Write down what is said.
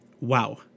wow